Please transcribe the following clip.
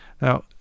Now